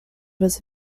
was